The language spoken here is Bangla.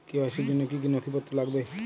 কে.ওয়াই.সি র জন্য কি কি নথিপত্র লাগবে?